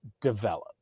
develop